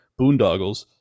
boondoggles